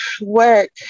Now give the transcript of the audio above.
work